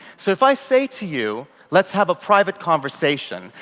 so if i say to you, let's have a private conversation,